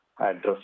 address